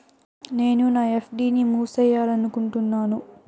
నేను నా ఎఫ్.డి ని మూసేయాలనుకుంటున్నాను